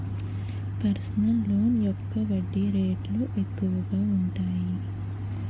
personal loan యొక్క వడ్డీ రేట్లు ఎక్కువగా ఉంటాయి